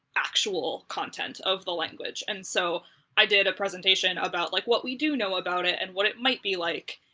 actual content of the language. and so i did a presentation about, like, what we do know about it and what it might be like.